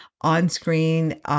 on-screen